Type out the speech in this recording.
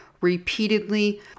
repeatedly